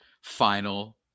Final